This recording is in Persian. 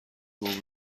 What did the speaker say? گـم